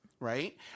Right